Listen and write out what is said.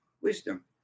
wisdom